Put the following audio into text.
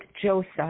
joseph